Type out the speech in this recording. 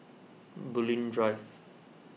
Bulim Drive